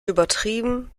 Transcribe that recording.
übertrieben